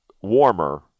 warmer